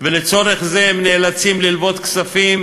ולצורך זה הם נאלצים ללוות כספים,